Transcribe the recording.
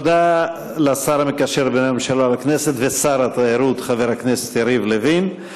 תודה לשר המקשר בין הממשלה לכנסת ושר התיירות חבר הכנסת יריב לוין.